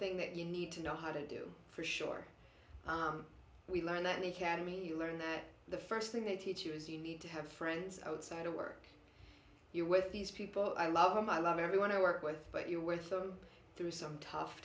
thing that you need to know how to do for sure we learned that the academy you learn that the first thing they teach you is you need to have friends outside of work you're with these people i love them i love everyone i work with but you're with them through some tough